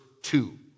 two